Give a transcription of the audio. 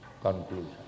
conclusion